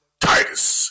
Titus